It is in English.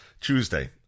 Tuesday